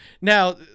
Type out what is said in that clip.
Now